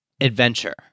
Adventure